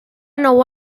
nou